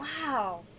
Wow